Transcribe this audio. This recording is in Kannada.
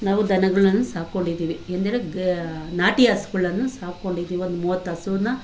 ನಾವು ದನಗಳನ್ ಸಾಕೊಂಡಿದೀವಿ ಎಂದರೆ ಗ ನಾಟಿ ಹಸುಗಳನ್ನು ಸಾಕೊಂಡಿದೀವಿ ಒಂದು ಮೂವತ್ತು ಹಸು